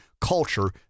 culture